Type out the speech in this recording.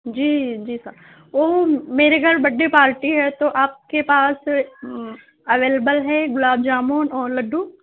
جی جی سر وہ میرے گھر برتھ ڈے پارٹی ہے تو آپ کے پاس اویلیبل ہے گلاب جامن اور لڈو